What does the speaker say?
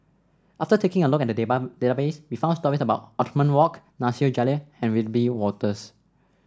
after taking a look at database we found stories about Othman Wok Nasir Jalil and Wiebe Wolters